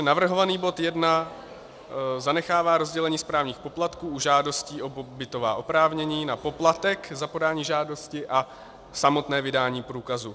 Navrhovaný bod jedna zanechává rozdělení správních poplatků u žádostí o pobytová oprávnění na poplatek za podání žádosti a samotné vydání průkazu.